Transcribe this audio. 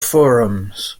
forums